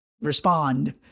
respond